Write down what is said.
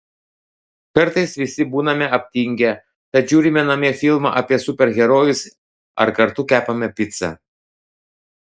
kartais visi būname aptingę tad žiūrime namie filmą apie super herojus ar kartu kepame picą